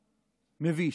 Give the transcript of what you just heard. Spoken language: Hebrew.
מביש.